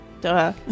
Duh